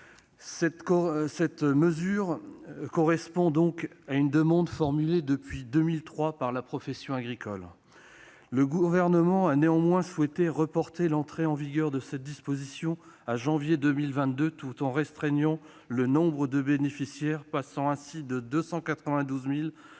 Cette mesure correspond à une demande formulée depuis 2003 par la profession agricole. Le Gouvernement a néanmoins souhaité reporter l'entrée en vigueur de cette disposition à janvier 2022, tout en restreignant le nombre des bénéficiaires potentiels- ils